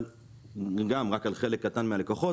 אבל גם רק על חלק קטן מהלקוחות.